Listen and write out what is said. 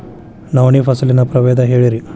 ನವಣಿ ಫಸಲಿನ ಪ್ರಭೇದ ಹೇಳಿರಿ